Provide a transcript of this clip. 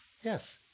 Yes